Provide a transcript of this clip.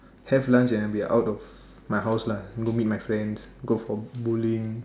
have lunch and I'll be out of my house lah go meet my friends go for bowling